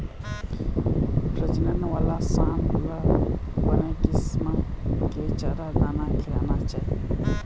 प्रजनन वाला सांड ल बने किसम के चारा, दाना खिलाना चाही